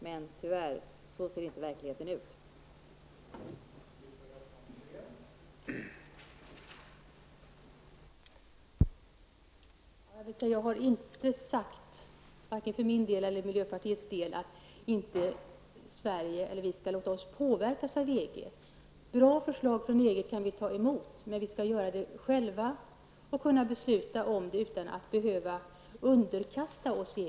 Men tyvärr ser verkligheten inte ut på det sättet.